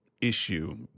issue